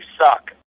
suck